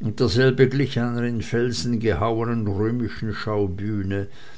und derselbe glich einer in felsen gehauenen römischen